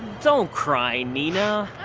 don't cry, nina.